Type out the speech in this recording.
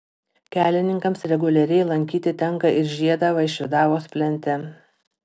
kelininkams reguliariai lankyti tenka ir žiedą vaišvydavos plente